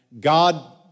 God